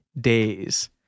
days